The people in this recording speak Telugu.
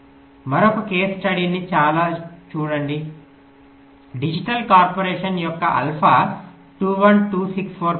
మరొక కేస్ స్టడీని చాలా చూడండి డిజిటల్ కార్పొరేషన్ యొక్క ఆల్ఫా 21264 ప్రాసెసర్